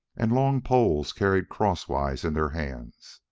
and long poles carried crosswise in their hands.